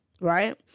right